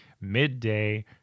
Midday